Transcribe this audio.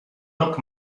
rok